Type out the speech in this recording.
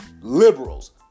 liberals